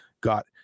got